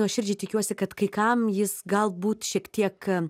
nuoširdžiai tikiuosi kad kai kam jis galbūt šiek tiek